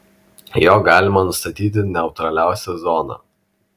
juo galima nustatyti neutraliausią zoną